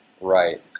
right